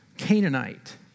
Canaanite